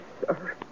sir